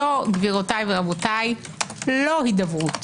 זו לא הידברות.